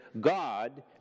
God